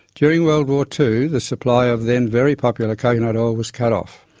during world war two, the supply of then very popular coconut oil was cut off.